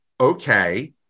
okay